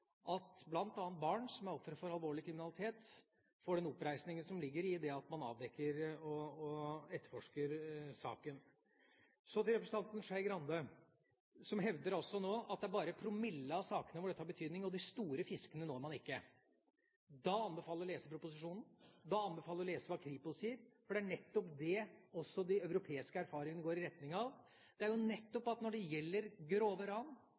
at bl.a. barn som er ofre for alvorlig kriminalitet, får den oppreisningen som ligger i at man avdekker og etterforsker saken. Så til representanten Skei Grande, som hevder at det bare er i en promille av sakene dette har betydning, og at de store fiskene når man ikke. Da anbefaler jeg å lese proposisjonen, da anbefaler jeg å lese hva Kripos sier, for det er nettopp det også de europeiske erfaringene går i retning av. Det er jo nettopp når det gjelder grove ran,